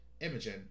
imogen